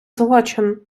злочин